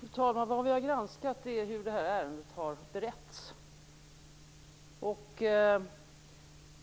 Fru talman! Vad vi har granskat är hur det här ärendet har beretts.